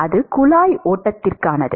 அது குழாய் ஓட்டத்திற்கானது